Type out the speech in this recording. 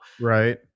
right